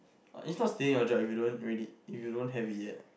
it's not staying your job if you don't ready if you don't have it yet